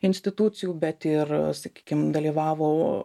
institucijų bet ir sakykim dalyvavo